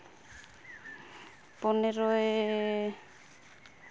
ᱯᱚᱱᱮᱨᱚᱭ